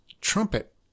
trumpet